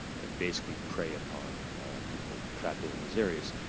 and basically prey upon people trapped in these areas.